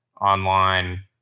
online